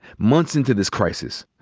months into this crisis,